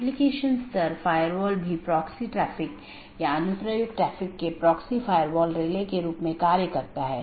update message का उपयोग व्यवहार्य राउटरों को विज्ञापित करने या अव्यवहार्य राउटरों को वापस लेने के लिए किया जाता है